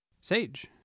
Sage